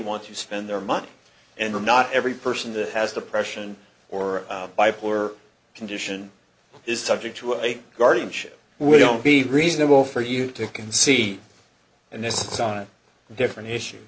want to spend their money and or not every person that has depression or bipolar condition is subject to a guardianship will be reasonable for you to can see and this is on a different issue